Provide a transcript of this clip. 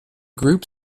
group